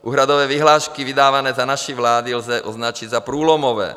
Úhradové vyhlášky vydávané za naší vlády lze označit za průlomové.